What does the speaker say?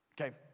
Okay